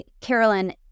Carolyn